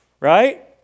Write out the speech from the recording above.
right